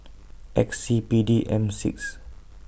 X C P D M six